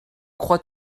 crois